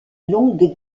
longue